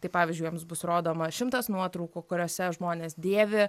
tai pavyzdžiui jiems bus rodoma šimtas nuotraukų kuriose žmonės dėvi